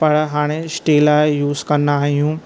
पर हाणे स्टील जा यूस कन्दा आहियूं